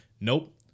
Nope